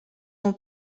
mon